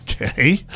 Okay